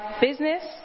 business